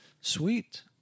Sweet